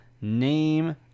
name